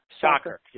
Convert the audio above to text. Soccer